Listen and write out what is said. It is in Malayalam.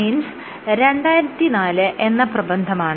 സയൻസ് 2004 എന്ന പ്രബന്ധമാണ്